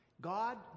God